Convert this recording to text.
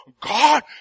God